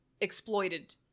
exploited